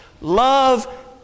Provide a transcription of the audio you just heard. love